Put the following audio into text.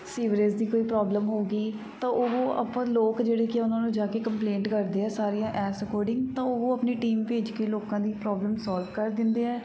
sewerage ਦੀ ਕੋਈ problem ਹੋ ਗਈ ਤਾਂ ਉਹ ਆਪਾਂ ਲੋਕ ਜਿਹੜੇ ਕਿ ਉਹਨਾਂ ਨੂੰ ਜਾ ਕੇ ਕੰਪਲੇਂਟ ਕਰਦੇ ਹੈ ਸਾਰੀਆਂ ਇਸ ਅਕੋਡਿੰਗ ਤਾਂ ਉਹ ਆਪਣੀ ਟੀਮ ਭੇਜ ਕੇ ਲੋਕਾਂ ਦੀ ਪ੍ਰੋਬਲਮ ਸੋਲਵ ਕਰ ਦਿੰਦੇ ਹੈ